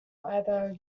either